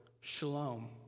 shalom